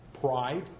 pride